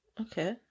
Okay